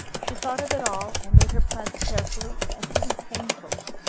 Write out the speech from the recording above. she thought of it all, and made her plans carefully and even painfully.